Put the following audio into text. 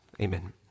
Amen